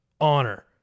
honor